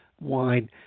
wine